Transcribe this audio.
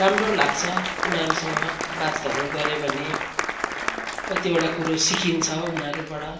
राम्रो लाग्छ उनीहरूसँग बातहरू गऱ्यो भने कतिवटा कुरो सिकिन्छ उनीहरूबाट